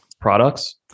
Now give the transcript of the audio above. products